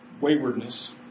waywardness